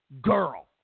girl